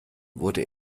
wurde